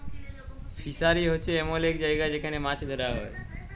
fishery হছে এমল জায়গা যেখালে মাছ ধ্যরা হ্যয়